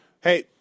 Hey